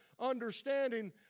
understanding